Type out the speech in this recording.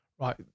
right